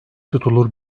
tutulur